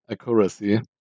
accuracy